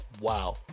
Wow